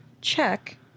check